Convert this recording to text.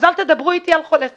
אז אל תדברו איתי על חולי סרטן.